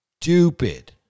stupid